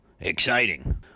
Exciting